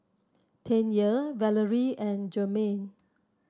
Tanya Valery and Jermain